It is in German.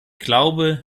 glaube